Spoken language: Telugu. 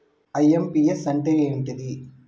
ఐ.ఎమ్.పి.యస్ అంటే ఏంటిది?